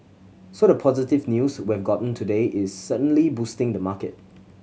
so the positive news we've gotten today is certainly boosting the market